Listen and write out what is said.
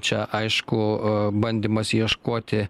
čia aišku bandymas ieškoti